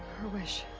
her wish.